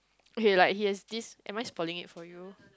okay like he has this am I spoiling it for you